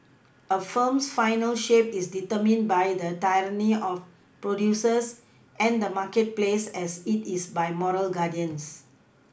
a film's final shape is determined by the tyranny of producers and the marketplace as it is by moral guardians